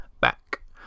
Back